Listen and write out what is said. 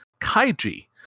Kaiji